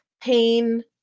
pain